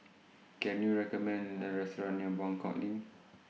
Can YOU recommend A Restaurant near Buangkok LINK